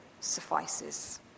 suffices